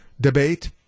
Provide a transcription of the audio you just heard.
debate